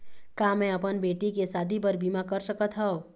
का मैं अपन बेटी के शादी बर बीमा कर सकत हव?